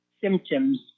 symptoms